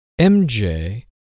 MJ